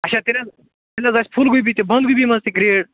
اچھا تیٚلہِ حظ تیٚلہِ حظ آسہِ پھُل گوٗبی مَنٛز تہِ بند گوٗبی مَنٛز تہِ گریڈ